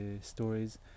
stories